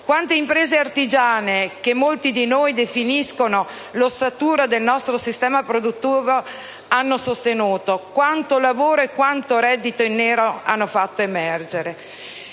Quante imprese artigiane, che molti di noi definiscono l'ossatura del nostro sistema produttivo, hanno sostenuto? Quanto lavoro e quanto reddito in nero hanno fatto emergere?